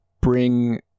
bring